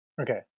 Okay